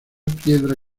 piedra